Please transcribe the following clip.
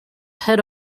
head